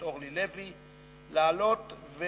קריאה ראשונה.